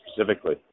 specifically